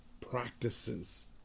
practices